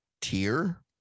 tier